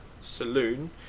saloon